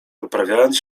poprawiając